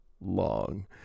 long